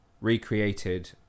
recreated